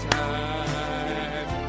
time